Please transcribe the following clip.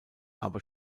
aber